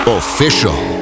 official